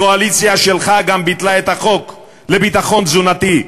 הקואליציה שלך גם ביטלה את החוק לביטחון תזונתי,